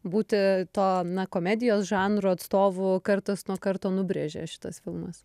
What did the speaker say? būti to na komedijos žanro atstovų kartas nuo karto nubrėžė šitas filmas